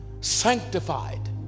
sanctified